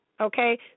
okay